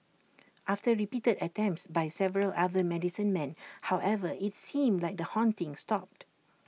after repeated attempts by several other medicine men however IT seemed like the haunting stopped